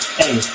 hey